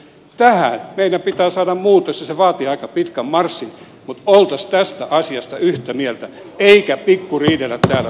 tähän meidän pitää saada muutos ja se vaatii aika pitkän marssin mutta oltaisiin tästä asiasta yhtä mieltä eikä pikkuriidellä täällä salissa